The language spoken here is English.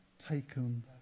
taken